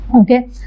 Okay